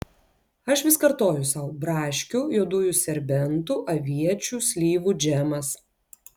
aš vis kartoju sau braškių juodųjų serbentų aviečių slyvų džemas